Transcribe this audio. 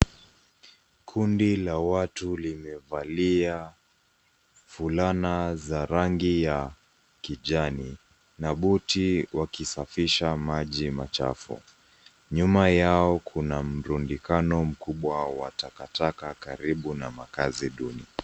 Kundi la watu limevalia fulana za rangi ya kijani na buti wakisafisha maji machafu. Nyuma yao kuna mrundikano mkubwa watakataka karibu na makaazi duni.